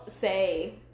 say